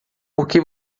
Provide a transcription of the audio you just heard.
porque